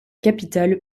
capitale